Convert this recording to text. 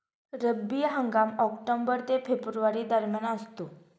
रब्बी हंगाम ऑक्टोबर ते फेब्रुवारी दरम्यान असतो